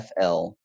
FL